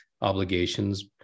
obligations